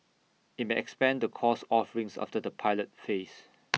IT may expand the course offerings after the pilot phase